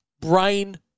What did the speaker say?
brain